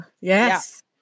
yes